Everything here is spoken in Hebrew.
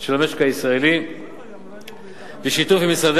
של המשק הישראלי בשיתוף עם משרדי